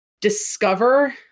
discover